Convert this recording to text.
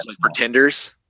Pretenders